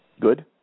good